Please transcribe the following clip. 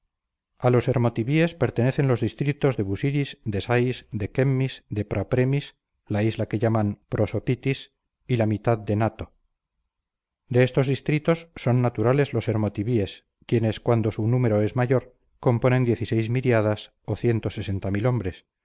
a los hermotibies pertenecen los distritos de busiris de sais de chemmis de prapremis la isla que llaman prosopitis y la mitad de nato de estos distritos son naturales los hermotibies quienes cuando su numero es mayor componen miríadas o hombres